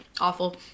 awful